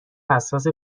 حساس